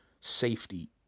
safety